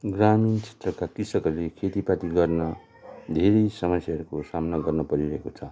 ग्रामीण क्षेत्रका कृषकहरूले खेतीपाती गर्न धेरै समस्याहरूको सामना गर्नु परिरहेको छ